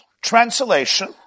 Translation